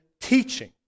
teaching